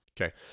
okay